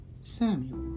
Samuel